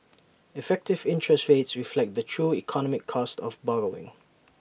effective interest rates reflect the true economic cost of borrowing